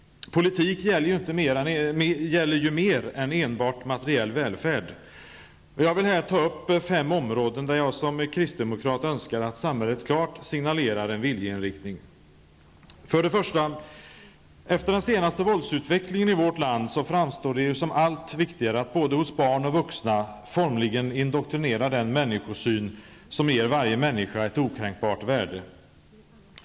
Politik gäller ju mer än enbart materiell välfärd. Jag vill ta upp fem områden där jag som kristdemokrat önskar att samhället klart signalerar en viljeinriktning. Herr talman! Efter den senaste våldsutvecklingen i vårt land framstår det för det första som allt viktigare att hos både barn och vuxna formligen indoktrinera den människosyn som ger varje människa ett okränkbart värde.